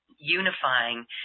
unifying